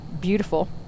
beautiful